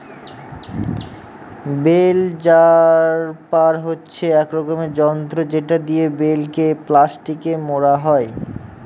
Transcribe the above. bell wrapper হচ্ছে এক রকমের যন্ত্র যেটা দিয়ে বেল কে প্লাস্টিকে মোড়া হয়